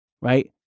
Right